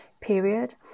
period